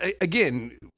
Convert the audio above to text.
again